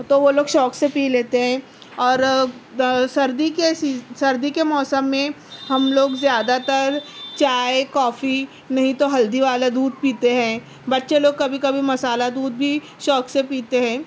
تو وہ لوگ شوق سے پی لیتے ہیں اور سردی کے سردی کے موسم میں ہم لوگ زیادہ تر چائے کافی نہیں تو ہلدی والا دودھ پیتے ہیں بچے لوگ کبھی کبھی مسالہ دودھ بھی شوق سے پیتے ہیں